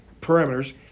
parameters